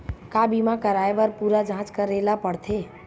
का बीमा कराए बर पूरा जांच करेला पड़थे?